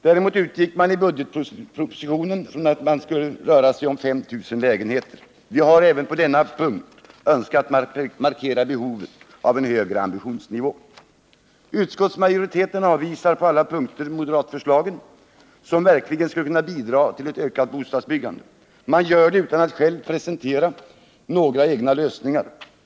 Däremot utgick man i budgetpropositionen från att det skulle röra sig om 5 000 lägenheter. Vi har även på denna punkt önskat markera behovet av en högre ambitionsnivå. Utskottsmajoriteten avvisar på alla punkter moderatförslaget, som verkligen skulle kunna bidra till ett ökat bostadsbyggande. Man gör det utan att själv presentera några egna lösningar.